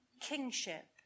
kingship